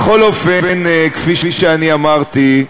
בכל אופן, כפי שאני אמרתי,